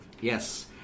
Yes